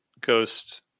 ghost